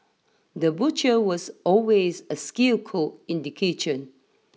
the butcher was always a skilled cook in the kitchen